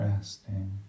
Resting